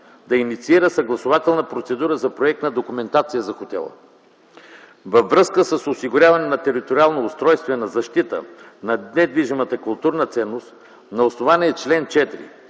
да инициира съгласувателна процедура за проектна документация за хотела. Във връзка с осигуряване на териториална устройствена защита на недвижимата културна ценност, на основание чл. 4,